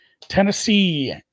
Tennessee